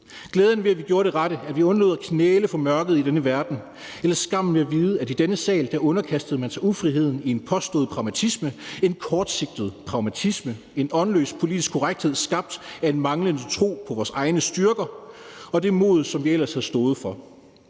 glæden ved, at vi gjorde det rette, at vi undlod at knæle for mørket i denne verden, eller vi kan se tilbage med skammen ved at vide, at i denne sal underkastede man sig ufriheden i en påstået pragmatisme, en kortsigtet pragmatisme, en åndløs politisk korrekthed skabt af en manglende tro på vores egne styrker og det mod, som vi ellers havde stået for.